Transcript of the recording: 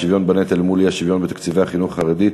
השוויון בנטל מול האי-שוויון בתקציבי החינוך החרדי,